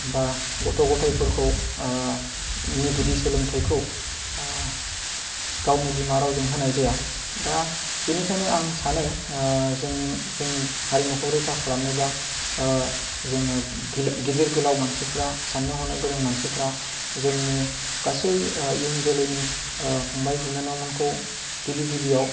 बा गथ' गथायफोरखौ गुदि सोलोंथाइखौ गावनि बिमा रावजों होनाय जाया दा बिनिखायनो आं सानो जों जों हारिमुखौ रैखा खालामनोब्ला जोङो गिदिर गोलाव मानसिफ्रा साननो हनो गोरों मानसिफ्रा जोंनि गासै इयुन जोलैनि फंबाय बिनानावमोनखौ गिबि गिबियाव